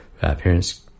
parents